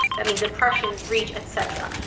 that means impressions, reach, et cetera.